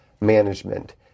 management